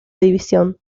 división